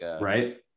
right